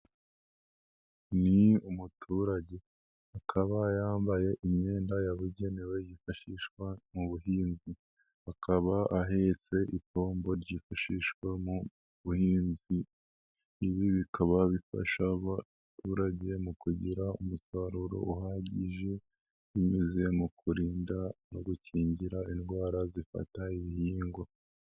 Ni umuturage akaba yambaye imyenda yabugenewe yifashishwa mu buhinzi. Akaba ahetse ipombo ryifashishwa mu buhinzi. Ibi bikaba bifasha abaturage mu kugira umusaruro uhagije binyuze mu kurinda no gukingira indwara zifata ibihingwa.